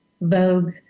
Vogue